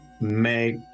make